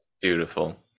Beautiful